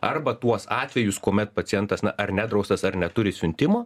arba tuos atvejus kuomet pacientas na ar nedraustas ar neturi siuntimo